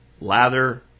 Lather